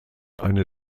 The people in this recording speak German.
eine